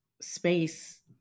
space